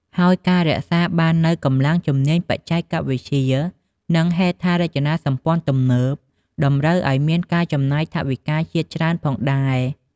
ហើយការរក្សាបាននូវកម្លាំងជំនាញបច្ចេកវិទ្យា និងហេដ្ឋារចនាសម្ព័ន្ធទំនើប តម្រូវឱ្យមាន ការចំណាយថវិកាជាតិច្រើនផងដែរ។